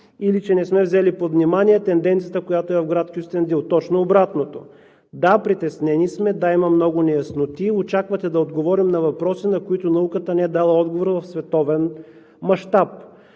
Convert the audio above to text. или че не сме взели под внимание тенденцията, която е в град Кюстендил. Точно обратното. Да, притеснени сме; да, има много неясноти. Очаквате да отговорим на въпроси, на които науката не е дала отговор в световен мащаб.